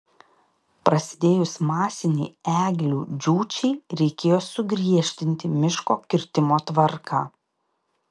prasidėjus masinei eglių džiūčiai reikėjo sugriežtinti miško kirtimo tvarką